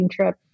trip